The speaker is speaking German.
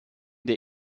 der